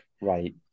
Right